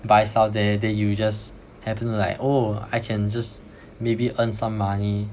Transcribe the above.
buy stuff there then you just happen to like oh I can just maybe earn some money